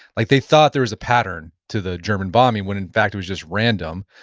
like they thought there was a pattern to the german bombing when in fact it was just random.